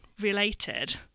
related